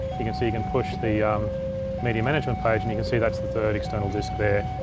you can see, you can push the media management page and you can see that's the third external disk there.